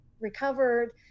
recovered